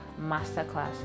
Masterclass